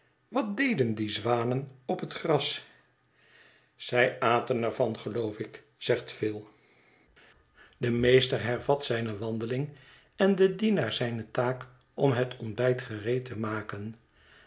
wat deden die zwanen op het gras zij aten er van geloof ik zegt phil de meester hervat zijne wandeling en de dienaar zijne taak om het ontbijt gereed te maken